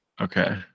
Okay